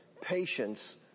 patience